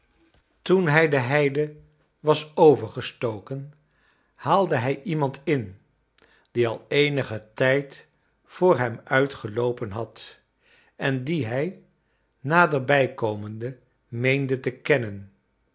toen hij de heide was overgestoken haalde hij iemand in die al eenigen tijd voor hem uit geloopen had en dien hij naderbij komende meende te kennen